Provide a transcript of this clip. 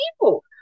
people